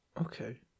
okay